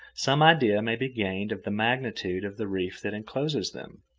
some idea may be gained of the magnitude of the reef that encloses them.